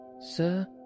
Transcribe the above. Sir